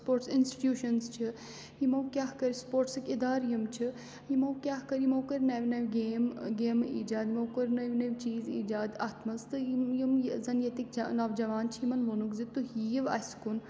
sports institutions چھِ یِمو کیاہ کٔر سپوٹسٕکۍ اِدارٕ یِم چھِ یِمو کیاہ کٔر یِمو کٔرۍ نَو نَو گیم گیمہٕ ایجاد یِمو کٔر نٔوۍ نٔوۍ چیٖز ایٖجاد اَتھ منٛز تہٕ یِم زَن ییٚتِکۍ نوجوان چھِ یِمَن ووٚنکھ زِ تُہۍ یِیِو اَسہِ کُن